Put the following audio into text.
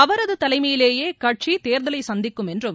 அவரது தலைமையிலேயே கட்சி தேர்தலை சந்திக்கும் என்றும்